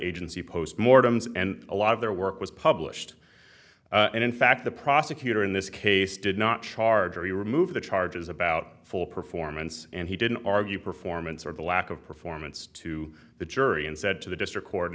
mortems and a lot of their work was published and in fact the prosecutor in this case did not charge or you remove the charges about full performance and he didn't argue performance or the lack of performance to the jury and said to the district court